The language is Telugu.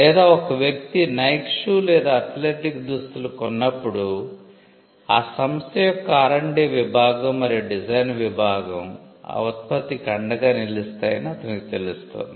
లేదా ఒక వ్యక్తి నైక్ షూ లేదా అథ్లెటిక్ దుస్తులు కొన్నప్పుడు ఆ సంస్థ యొక్క ఆర్ అండ్ డి విభాగం మరియు డిజైన్ విభాగం ఆ ఉత్పత్తికి అండగా నిలుస్తాయి అని అతనికి తెలుస్తుంది